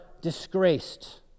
disgraced